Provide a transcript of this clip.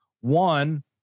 one